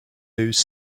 loose